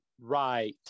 Right